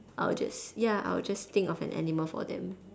I will just ya I will just think of an animal for them